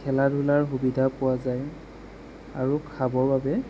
খেলা ধূলাৰ সুবিধা পোৱা যায় আৰু খাবৰ বাবে